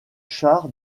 chars